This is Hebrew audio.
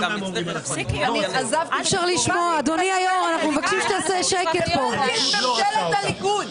רגע, גפני, מה עם הכביסות בחו"ל?